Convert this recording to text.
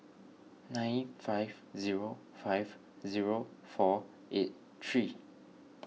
nine five zero five zero four eight three